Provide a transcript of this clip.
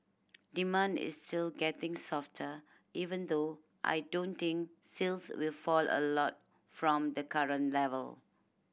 demand is still getting softer even though I don't think sales will fall a lot from the current level